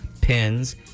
pins